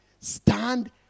stand